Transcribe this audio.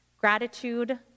Gratitude